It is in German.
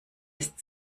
ist